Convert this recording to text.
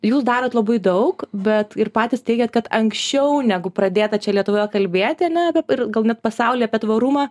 jūs darot labai daug bet ir patys teigiat kad anksčiau negu pradėta čia lietuvoje kalbėti ane ir gal net pasaulyje apie tvarumą